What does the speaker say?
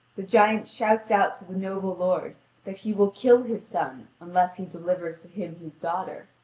the giant shouts out to the noble lord that he will kill his sons unless he delivers to him his daughter,